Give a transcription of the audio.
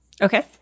Okay